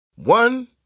One